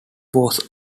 was